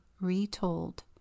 retold